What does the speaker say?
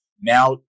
now